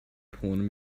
porn